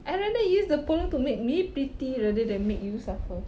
I rather use the polong to make me pretty rather than make you suffer